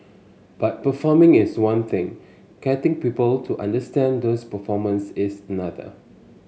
but performing is one thing getting people to understand those performance is another